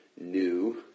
new